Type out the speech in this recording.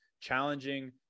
challenging